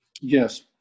Yes